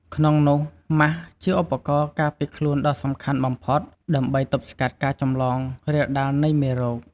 ក្នុងនោះម៉ាស់ ជាឧបករណ៍ការពារខ្លួនដ៏សំខាន់បំផុតដើម្បី ទប់ស្កាត់ការចម្លងរាលដាលនៃមេរោគ។